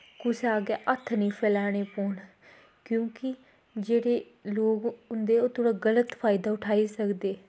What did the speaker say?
कुसै अग्गें हत्थ निं फैलाना पौन क्योंकि जेह्ड़े लोग होंदे ओह् थोह्ड़ा गल्त फायदा उठाई सकदे